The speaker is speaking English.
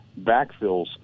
backfills